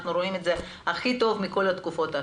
אנחנו רואים את זה הכי טוב מכל התקופות האחרות.